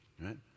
right